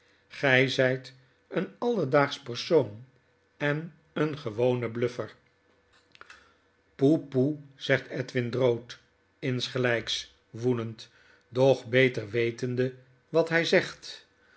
zijt een alledaagsch persoon en een gewone bluffer poe poe zegt edwin drood insgelijks woedend doch beter wetende wat hg zegt